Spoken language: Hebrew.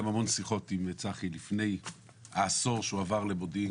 המון שיחות עם צחי לפני העשור שהוא עבר למודיעין,